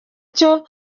cyo